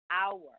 Hour